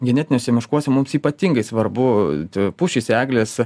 genetiniuose miškuose mums ypatingai svarbu pušys eglės